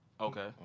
Okay